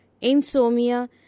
insomnia